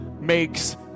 makes